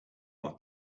want